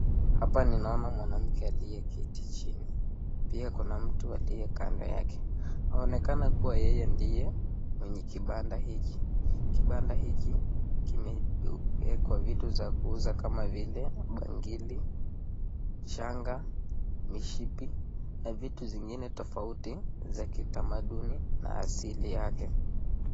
Hapa ninaona mwanamke aliyeketi chini, pia kuna mtu aliye kando yake, anaonekana kuwa yeye ndiye mwenye kibanda hiki, kibanda hiki kimeekwa vitu ya kuuza kama vile bangili, shangaa, mishipi na vitu vingine vile yenye tamaduni na asili yake.